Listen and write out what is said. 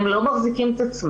הם לא מחזיקים את עצמם.